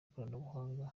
ikoranabuhanga